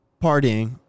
partying